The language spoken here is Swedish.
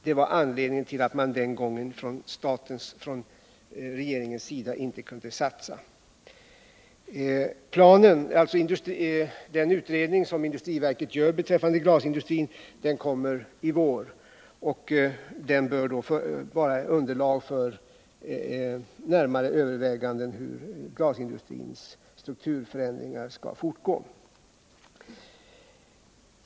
Det var anledningen till att regeringen den gången inte kunde gå in med en satsning. Den utredning som industriverket gör beträffande glasindustrin kommer i vår, och den bör då utgöra underlag för närmare överlägganden om hur glasindustrins strukturförändringar skall fortgå.